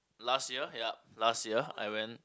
last year yup last year I went